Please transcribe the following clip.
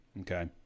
okay